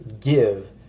give